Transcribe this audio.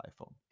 iPhone